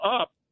up